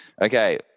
Okay